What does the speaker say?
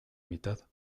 mitad